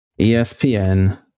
ESPN